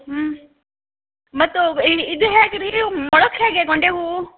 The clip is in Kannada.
ಹ್ಞೂ ಮತ್ತು ಇದು ಹ್ಯಾಗೆ ರೀ ಮೊಳಕ್ಕೆ ಹೇಗೆ ಗೊಂಡೆ ಹೂವು